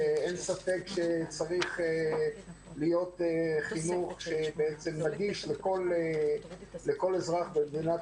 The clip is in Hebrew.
אין ספק שצריך להיות חינוך שנגיש לכל אזרח במדינת